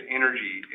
energy